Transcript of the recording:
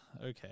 okay